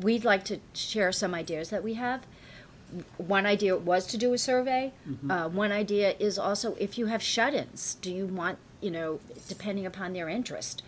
we'd like to share some ideas that we have one idea was to do a survey one idea is also if you have shut ins do you want you know depending upon their interest